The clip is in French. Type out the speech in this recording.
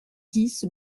dix